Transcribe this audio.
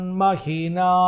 mahina